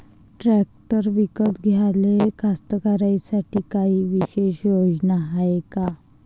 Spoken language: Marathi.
ट्रॅक्टर विकत घ्याले कास्तकाराइसाठी कायी विशेष योजना हाय का?